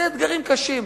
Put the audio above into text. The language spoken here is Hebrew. זה אתגרים קשים.